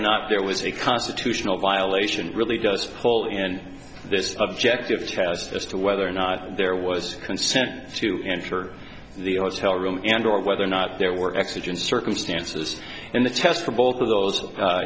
or not there was a constitutional violation really does pull in this object of test as to whether or not there was consent to enter the room and or whether or not there were exigent circumstances and the test for both of those